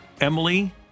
Emily